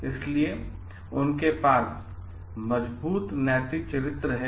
इसलिए उनके पास मजबूत नैतिक चरित्र है